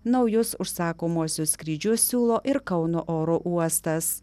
naujus užsakomuosius skrydžius siūlo ir kauno oro uostas